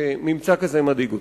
שממצא כזה מדאיג אותי.